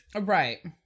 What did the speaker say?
Right